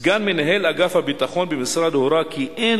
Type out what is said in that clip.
סגן מנהל אגף הביטחון במשרד הורה כי אין